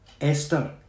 Esther